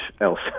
else